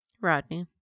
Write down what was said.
rodney